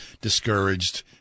discouraged